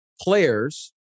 players